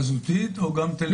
חזותית או גם טלפונית?